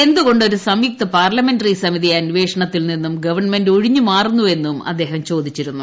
എന്തുകൊണ്ട് ഒരു സംയുക്ക് പാർലമെന്ററി സമിതി അന്വേഷണത്തിൽ നിന്നും ഗവൺമെന്റ് ഒഴിഞ്ഞുമാറുന്നുവെന്നും അദ്ദേഹം ചോദിച്ചിരുന്നു